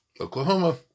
Oklahoma